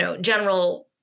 general